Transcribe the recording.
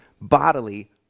bodily